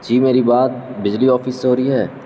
جی میری بات بجلی آفس سے ہو رہی ہے